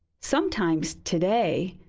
sometimes today,